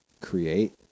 create